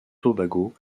tobago